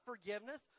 forgiveness